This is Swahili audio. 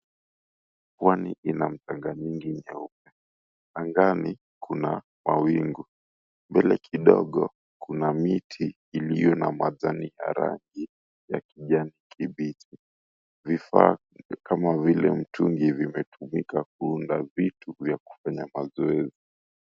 Pwani ina mchanga nyingi nyeupe. Angani kuna mawingu. Mbele kidogo kuna miti iliyo na majani ya rangi ya kijani kibichi. Vifaa kama vile mtungi vimetumika kuunda vitu vya kufanya mazoezi.